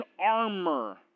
armor